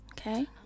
okay